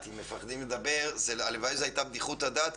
על הפחד לדבר הלוואי שזאת הייתה רק בדיחות הדעת,